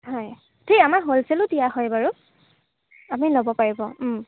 হয় ঠিক আছে আমাৰ হ'লচেলো দিয়া হয় বাৰু আপুনি ল'ব পাৰিব